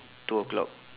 two o'clock